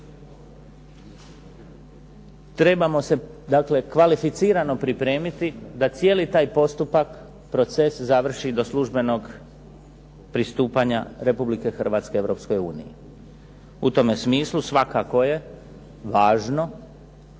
trebamo se dakle kvalificirano pripremiti da cijeli taj postupak, proces završi do službenog pristupanja Republike Hrvatske Europskoj uniji. U tome smislu svakako je važno